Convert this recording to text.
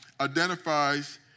identifies